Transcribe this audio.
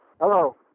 Hello